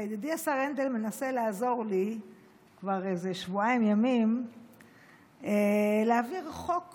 וידידי השר הנדל מנסה לעזור לי כבר איזה שבועיים ימים להעביר חוק